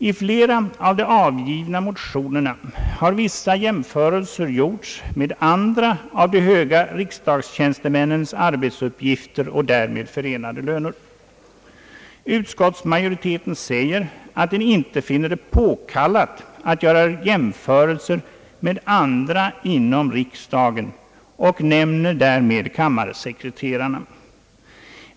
I flera av de avgivna motionerna har vissa jämförelser gjorts med andra av de höga riksdagstjänstemännens arbetsuppgifter och därmed förenade löner. Utskottsmajoriteten säger, att den inte finner det påkallat att göra jämförelser med andra inom riksdagen och nämner därmed kammarsekreterarna.